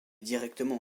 directement